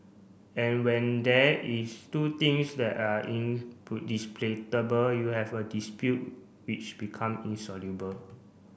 and when there is two things that are you have a dispute which become insoluble